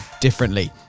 differently